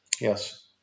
Yes